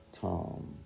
Tom